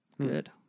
Good